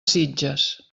sitges